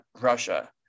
Russia